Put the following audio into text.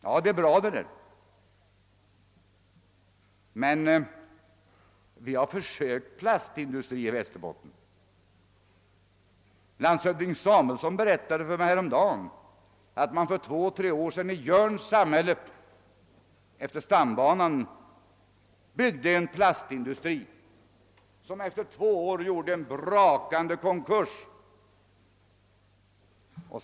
Ja, det är bra, men vi har tidigare gjort försök med plastindustri i Västerbotten. Landshövding Samuelson berättade häromdagen för mig att man för två—tre år sedan i Jörns samhälle efter stambanan byggde en plastindustri, som efter två år gjorde en brakande konkurs.